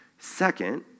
Second